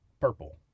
purple